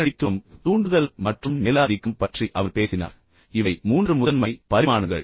உடனடித்துவம் தூண்டுதல் மற்றும் மேலாதிக்கம் பற்றி அவர் பேசினார் இவை மூன்று முதன்மை பரிமாணங்கள்